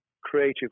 creative